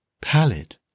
pallid